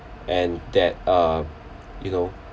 and that uh you know